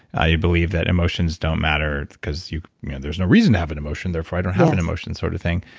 you believe that emotions don't matter because you know there's no reason to have an emotion, therefore i don't have an emotion sort of thing,